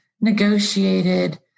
negotiated